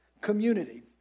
community